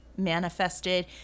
Manifested